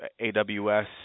AWS